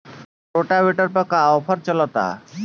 Rotavator पर का offer चलता?